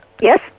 Yes